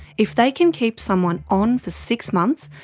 if they can keep someone on for six months,